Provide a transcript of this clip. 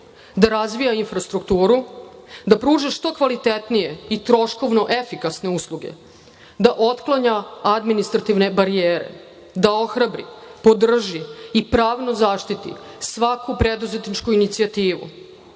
da razvija infrastrukturu, da pruža što kvalitetnije i troškovno efikasne usluge, da otklanja administrativne barijere, da ohrabri, podrži i pravno zaštiti svaku preduzetničku inicijativu